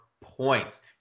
points